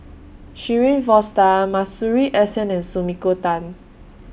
Shirin Fozdar Masuri S N and Sumiko Tan